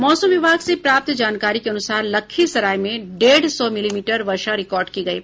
मौसम विभाग से प्राप्त जानकारी के अनुसार लखीसराय में डेढ़ सौ मिलीमीटर वर्षा रिकार्ड की गयी